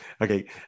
Okay